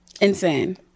insane